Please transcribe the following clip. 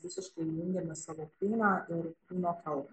visiškai įjungiame savo kūną ir kūno kalbą